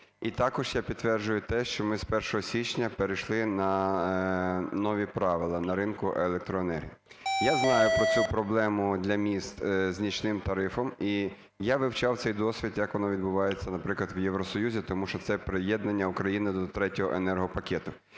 І також я підтверджую те, що ми з 1 січня перейшли на нові правила на ринку електроенергії. Я знаю про цю проблему для міст з нічним тарифом і я вивчав цей досвід, як воно відбувається, наприклад, в Євросоюзі, тому що це приєднання України до Третього енергопакету.